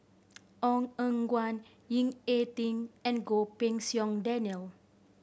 Ong Eng Guan Ying E Ding and Goh Pei Siong Daniel